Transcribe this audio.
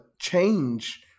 change